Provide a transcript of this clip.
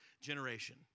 generation